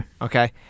Okay